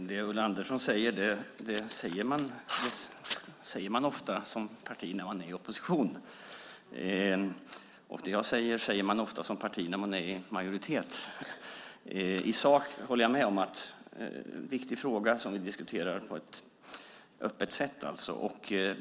Herr talman! Ett parti i opposition säger ofta det Ulla Andersson säger. Det jag säger är ofta vad ett parti säger i majoritet. I sak håller jag med om att det här är en viktig fråga som vi ska diskutera på ett öppet sätt.